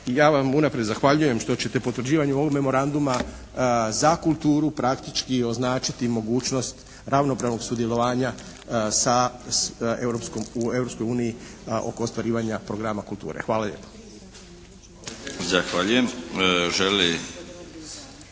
Ja vam unaprijed zahvaljujem što ćete potvrđivanju ovog memoranduma za kulturu praktički označiti mogućnost ravnopravnog sudjelovanja sa Europskom, u Europskoj uniji oko ostvarivanja programa kulture. Hvala lijepo.